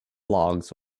logs